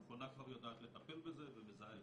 המכונה כבר יודעת לטפל בזה ומזהה את